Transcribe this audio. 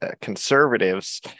conservatives